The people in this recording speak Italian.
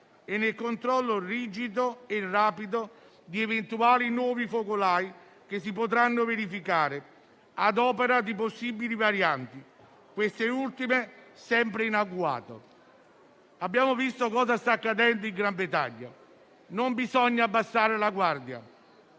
e nel controllo rigido e rapido di eventuali nuovi focolai che si potranno verificare ad opera di possibili varianti, quest'ultime sempre in agguato. Abbiamo visto cosa sta accadendo nel Regno Unito. Non bisogna abbassare la guardia.